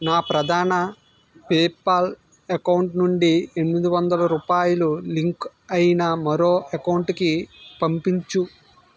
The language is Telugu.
నా ప్రధాన పేపాల్ అకౌంట్ నుండి ఎనమిది వందల రూపాయలు లింకు అయిన మరో అకౌంటుకి పంపించు